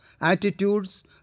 attitudes